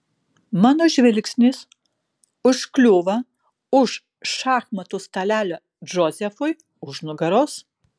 mano žvilgsnis užkliūva už šachmatų stalelio džozefui už nugaros